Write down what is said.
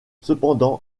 cependant